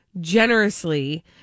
generously